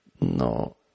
no